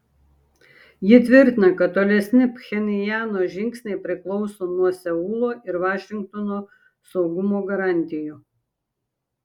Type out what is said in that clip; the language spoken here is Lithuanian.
ji tvirtina kad tolesni pchenjano žingsniai priklauso nuo seulo ir vašingtono saugumo garantijų